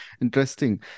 Interesting